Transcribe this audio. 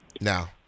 now